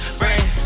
brain